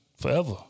forever